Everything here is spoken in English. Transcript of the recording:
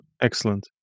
Excellent